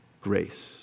grace